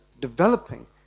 developing